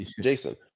Jason